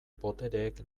botereek